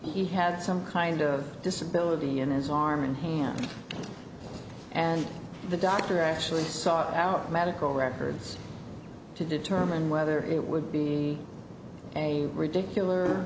he had some kind of disability in his arm and hand and the doctor actually sought out medical records to determine whether it would be a ridiculous